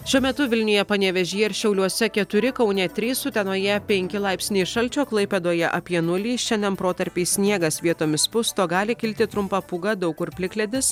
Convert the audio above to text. šiuo metu vilniuje panevėžyje ir šiauliuose keturi kaune trys utenoje penki laipsniai šalčio klaipėdoje apie nulį šiandien protarpiais sniegas vietomis pusto gali kilti trumpa pūga daug kur plikledis